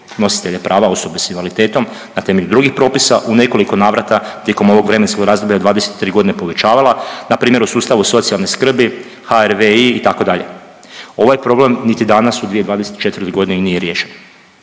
nositelje prava osoba s invaliditetom na temelju drugih propisa u nekoliko navrata tijekom ovog vremenskog razdoblja od 23.g. povećavala, npr. u sustavu socijalne skrbi, HRVI itd.. Ovaj problem niti danas u 2024.g. nije riješen.